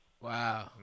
Wow